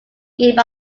game